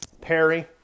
Perry